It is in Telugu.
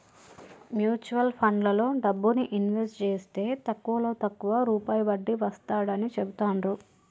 మ్యూచువల్ ఫండ్లలో డబ్బుని ఇన్వెస్ట్ జేస్తే తక్కువలో తక్కువ రూపాయి వడ్డీ వస్తాడని చెబుతాండ్రు